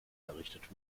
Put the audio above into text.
errichtet